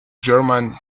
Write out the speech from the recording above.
german